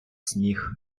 сміх